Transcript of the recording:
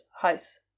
house